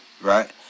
Right